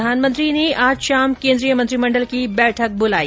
प्रधानमंत्री ने आज शाम केन्द्रीय मंत्रिमण्डल की बैठक ब्लाई